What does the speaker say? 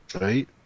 right